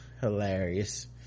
hilarious